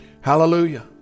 Hallelujah